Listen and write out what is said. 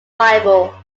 bible